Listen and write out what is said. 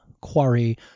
quarry